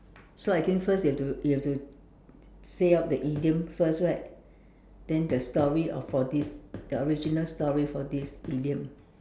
so I think first you have to you have to say out the idiom first right then the story of for this the original story for this idiom